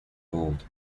gold